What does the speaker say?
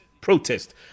protest